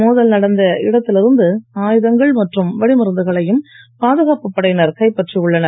மோதல் நடந்த இடத்தில் இருந்து ஆயுதங்கள் மற்றும் வெடிமருந்துகளையும் பாதுகாப்புப் படையினர் கைப்பற்றி உள்ளனர்